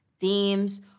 themes